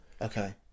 okay